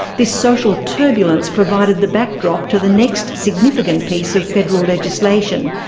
this social turbulence provided the backdrop to the next significant piece of federal legislation,